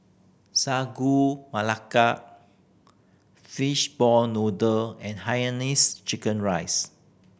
Sagu Melaka fish ball noodle and chicken rice